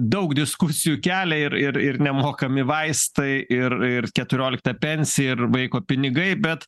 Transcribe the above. daug diskusijų kelia ir ir ir nemokami vaistai ir ir keturiolikta pensija ir vaiko pinigai bet